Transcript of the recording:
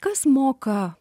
kas moka